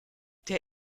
der